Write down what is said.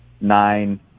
nine